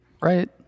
Right